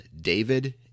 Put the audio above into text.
David